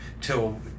till